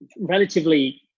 relatively